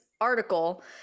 article